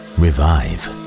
revive